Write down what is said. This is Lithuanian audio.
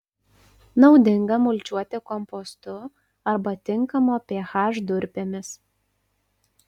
naudinga mulčiuoti kompostu arba tinkamo ph durpėmis